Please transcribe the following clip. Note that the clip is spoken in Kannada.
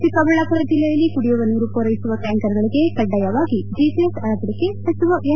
ಚಿಕ್ಕಬಳ್ಳಾಪುರ ಜಿಲ್ಲೆಯಲ್ಲಿ ಕುಡಿಯುವ ನೀರು ಪೂರೈಸುವ ಟ್ಲಾಂಕರ್ಗಳಿಗೆ ಕಡ್ಡಾಯವಾಗಿ ಜಿಪಿಎಸ್ ಅಳವಡಿಕೆ ಸಚಿವ ಎನ್